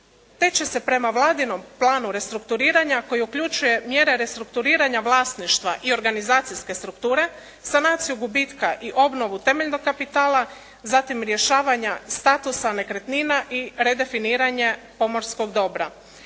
te će se prema Vladinom planu restrukturiranja koji uključuje mjere restrukturiranja vlasništva i organizacijske strukture, sanaciju gubitka i obnovu temeljnog kapitala, zatim rješavanja statusa nekretnina i redefiniranje pomorskog dobra.